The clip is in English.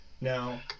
now